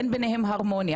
אין ביניהן הרמוניה,